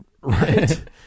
Right